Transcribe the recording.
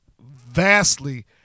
vastly